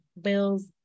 bills